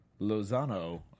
Lozano